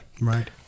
Right